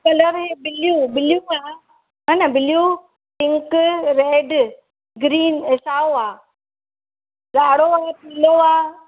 colour में बिल्यूं बिल्यूं कलर हान बिल्यूं पिंक रेड ग्रीन ऐं साओ आहे ॻाढ़ो आहे पीलो आहे